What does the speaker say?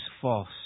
false